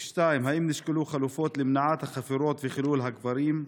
2. האם נשקלו חלופות למניעת החפירות וחילול הקברים?